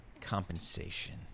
compensation